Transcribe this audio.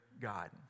God